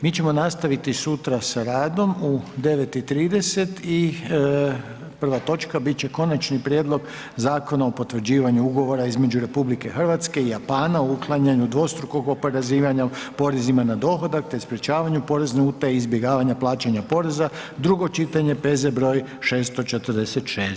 Mi ćemo nastaviti sutra sa radom u 9,30 i prva točka bit će Konačni prijedlog Zakona o potvrđivanju Ugovora između RH i Japana o uklanjanju dvostrukog oporezivanja porezima na dohodak te sprječavanju porezne utaje i izbjegavanja plaćanja poreza, drugo čitanje, P.Z. br. 646.